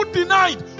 denied